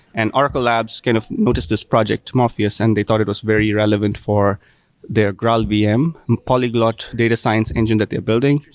and oracle labs kind of noticed this project, morpheus, and they thought it was very relevant for their graalvm polyglot data science engine that they're building.